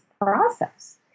process